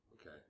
Okay